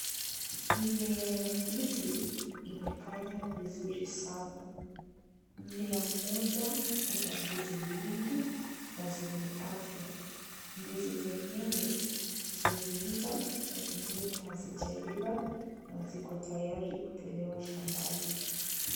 Mimea ya ndizi imefanya vizuri sana. Mmea mmoja una ndizi nyingi na zenye afya. Ndizi zenyewe zimeiva na zingine hazijaiva na ziko tayari kutolewa shambani.